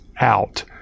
out